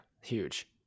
Huge